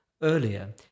earlier